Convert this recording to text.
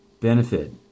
benefit